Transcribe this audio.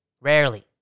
Rarely